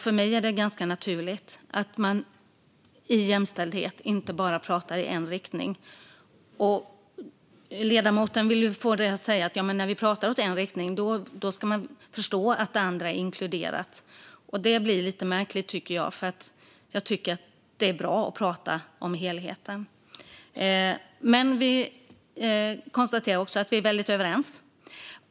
För mig är det också ganska naturligt att man i jämställdhet inte bara pratar i en riktning. Ledamoten vill få det till att man ska förstå att det andra inkluderas när det pratas i bara ena riktningen, och jag tycker att det blir lite märkligt. Jag tycker att det är bra att prata om helheten. Men vi kan som sagt även konstatera att vi är väldigt överens.